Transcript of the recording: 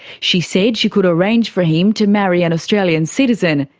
she said she could arrange for him to marry an australian citizen,